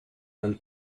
run